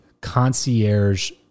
concierge